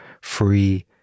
free